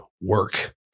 work